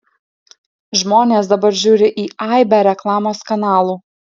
žmonės dabar žiūri į aibę reklamos kanalų